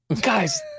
Guys